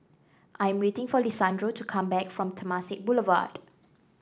I am waiting for Lisandro to come back from Temasek Boulevard